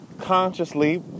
consciously